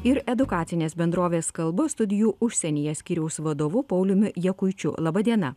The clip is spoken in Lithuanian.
ir edukacinės bendrovės kalbu studijų užsienyje skyriaus vadovu pauliumi jakučiu laba diena